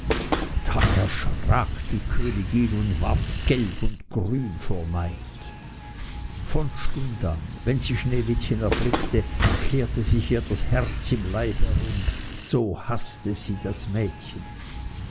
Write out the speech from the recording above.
erschrak die königin und ward gelb und grün vor neid von stund an wenn sie sneewittchen erblickte kehrte sich ihr das herz im leibe herum so haßte sie das mädchen